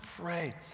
pray